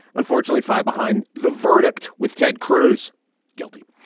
unfortunately, five behind the verdict with ted cruz guilty.